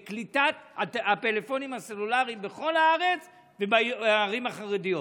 עליו: קליטת הפלאפונים הסלולריים בכל הארץ ובערים החרדיות.